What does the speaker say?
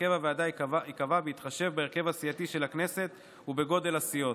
והרכב הוועדה ייקבע בהתחשב בהרכב הסיעתי של הכנסת ובגודל הסיעות.